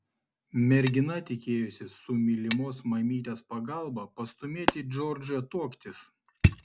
mergina tikėjosi su mylimos mamytės pagalba pastūmėti džordžą tuoktis